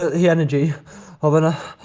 ah the energy of an